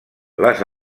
les